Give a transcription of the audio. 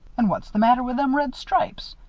and what's the matter with them red stripes?